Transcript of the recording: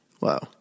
Wow